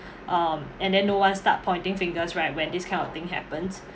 um and then no one start pointing fingers right when this kind of thing happens